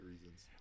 reasons